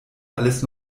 alles